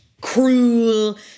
cruel